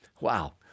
Wow